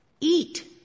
Eat